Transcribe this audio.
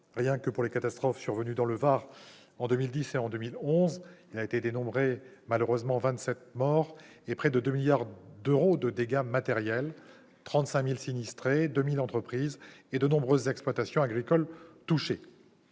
Rien que pour les catastrophes survenues dans le Var en 2010 et 2011, on a déploré vingt-sept morts, près de 2 milliards d'euros de dégâts matériels et 35 000 sinistrés, ainsi que 2 000 entreprises et de nombreuses exploitations agricoles touchées.